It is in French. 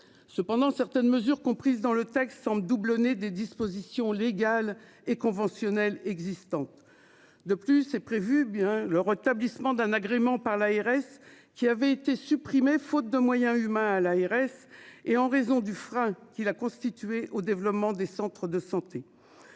Cependant, certaines mesures. Comprises dans le texte sans doublonner des dispositions légales et conventionnelles existants. De plus c'est prévu bien le rétablissement d'un agrément par l'ARS qui avait été supprimé, faute de moyens humains à l'ARS et en raison du frein, qu'il a constituée au développement des centres de santé.